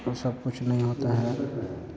उ सब कुछ नहीं होता है